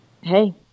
hey